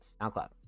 SoundCloud